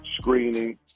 screening